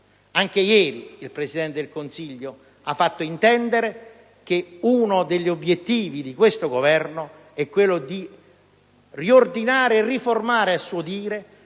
Anche ieri il Presidente del Consiglio ha fatto intendere che uno degli obiettivi di questo Governo è quello di riordinare e riformare, a suo dire,